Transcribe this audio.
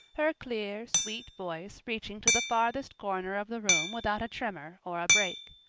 her clear, sweet voice reaching to the farthest corner of the room without a tremor or a break.